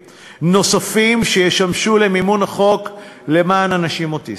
נוספים שישמשו למימון החוק למען אנשים אוטיסטים,